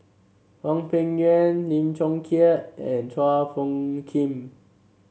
Hwang Peng Yuan Lim Chong Keat and Chua Phung Kim